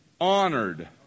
honored